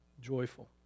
joyful